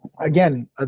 again